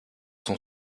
sont